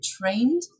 trained